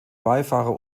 beifahrer